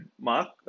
mark